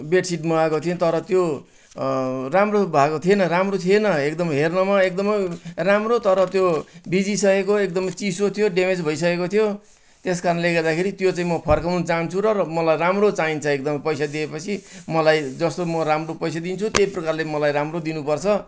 bedsheet मगाएको थिएँ तर त्यो राम्रो भएको थिएन राम्रो थिएन एकदम हेर्नमा एकदमै राम्रो तर त्यो बिजी सकेको एकदमै चिसो थियो ड्यामेज भइसकेको थियो त्यसकारणले गर्दाखेरि त्यो चाहिँ म फर्काउनु चाहन्छु र मलाई राम्रो चाहिन्छ एकदमै पैसा दिएपछि मलाई जस्तो म राम्रो पैसा दिन्छु त्यही प्रकारले मलाई राम्रो दिनुपर्छ